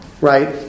right